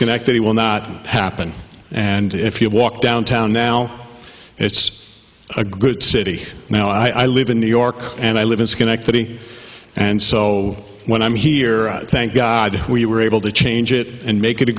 connected he will not happen and if you walk downtown now it's a good city now i live in new york and i live in schenectady and so when i'm here thank god we were able to change it and make it a